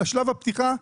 בשלב הפתיחה,